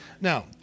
Now